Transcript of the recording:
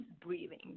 breathing